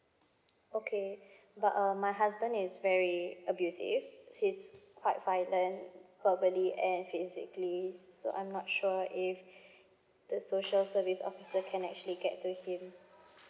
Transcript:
okay but uh my husband is very abusive he's quite frightening verbally and physically so I'm not sure if the social service officer can actually get to him